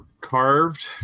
Carved